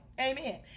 amen